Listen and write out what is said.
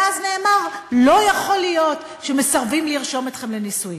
ואז נאמר: לא יכול להיות שמסרבים לרשום אתכם לנישואין.